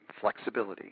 flexibility